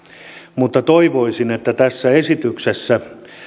mutta toivoisin että tässä esityksessä